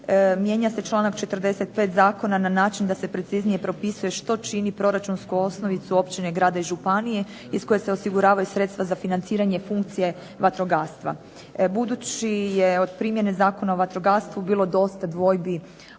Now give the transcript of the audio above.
Mijenja se članak 45. zakona na način da se preciznije propisuje što čini proračunsku osnovicu općine, grada i županije iz koje se osiguravaju sredstva za financiranje funkcije vatrogastva. Budući je od primjene Zakona o vatrogastvu bilo dosta dvojbi oko pitanja